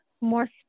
more